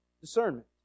discernment